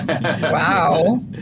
Wow